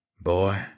Boy